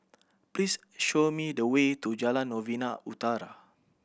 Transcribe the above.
please show me the way to Jalan Novena Utara